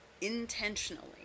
intentionally